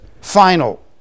final